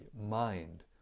Mind